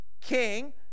king